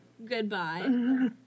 Goodbye